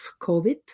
COVID